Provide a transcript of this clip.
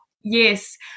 yes